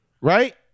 right